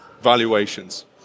valuations